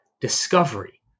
discovery